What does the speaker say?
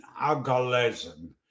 alcoholism